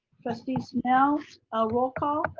trustee snell, ah roll call.